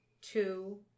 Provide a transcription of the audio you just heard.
two